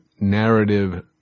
narrative